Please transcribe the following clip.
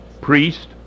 priest